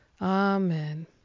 Amen